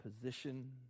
position